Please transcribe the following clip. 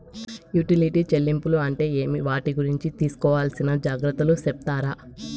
Utility చెల్లింపులు అంటే ఏమి? వాటి గురించి తీసుకోవాల్సిన జాగ్రత్తలు సెప్తారా?